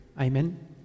Amen